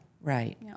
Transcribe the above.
Right